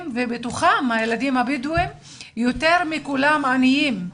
ובתוכם הילדים הבדואים יותר מכולם עניים.